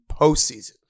postseason